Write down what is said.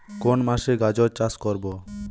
কোন মাসে গাজর চাষ করব?